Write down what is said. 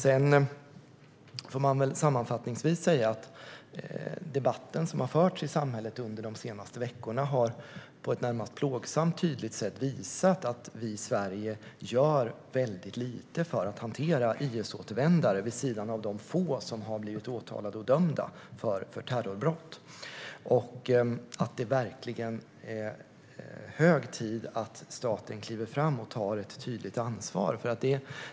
Man får väl sammanfattningsvis säga att den debatt som har förts i samhället under de senaste veckorna på ett närmast plågsamt tydligt sätt har visat att vi i Sverige gör väldigt lite för att hantera IS-återvändare, vid sidan av de få som har blivit åtalade och dömda för terrorbrott, och att det verkligen är hög tid att staten kliver fram och tar ett tydligt ansvar.